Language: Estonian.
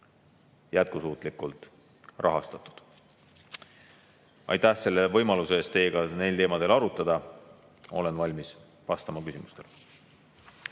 jätkusuutlikult rahastatud. Aitäh võimaluse eest teiega neil teemadel arutleda! Olen valmis vastama küsimustele.